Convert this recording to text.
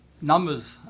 numbers